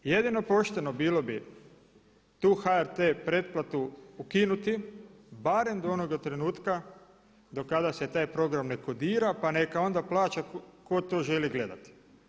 Jedino pošteno bilo bi tu HRT pretplatu ukinuti barem do onoga trenutka do kada se taj program ne kodira, pa neka onda plaća tko to želi gledati.